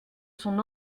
son